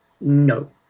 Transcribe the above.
No